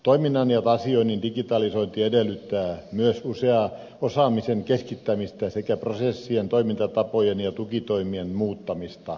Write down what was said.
toiminnan ja asioinnin digitalisointi edellyttää myös usean osaamisen keskittämistä sekä prosessien toimintatapojen ja tukitoimien muuttamista